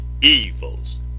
evils